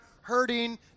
hurting